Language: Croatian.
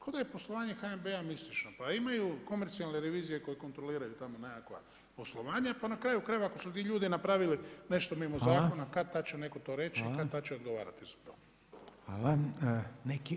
Ko da je poslovanje HNB-a mistično, pa imaju komercijalne revizije koje kontroliraju tamo nekakva poslovanja pa na kraju krajeva, ako su ti ljudi napravili nešto mimo zakona, kad-tad će netko to reći, kad-tad će odgovarati za to.